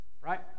right